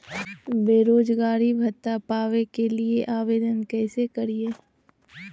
बेरोजगारी भत्ता पावे के लिए आवेदन कैसे करियय?